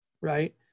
right